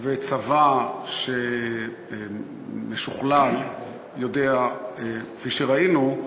וצבא משוכלל יודעים, כפי שראינו,